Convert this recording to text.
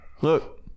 Look